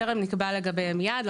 טרם נקבע לגביהם יעד,